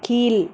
கீழ்